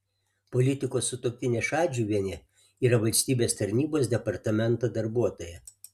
politiko sutuoktinė šadžiuvienė yra valstybės tarnybos departamento darbuotoja